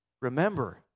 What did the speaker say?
remember